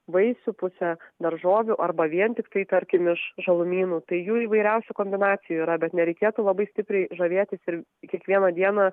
vaisių pusę daržovių arba vien tiktai tarkim iš žalumynų tai jų įvairiausių kombinacijų yra bet nereikėtų labai stipriai žavėtis ir kiekvieną dieną